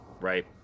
right